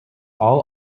all